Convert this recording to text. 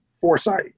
foresight